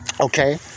Okay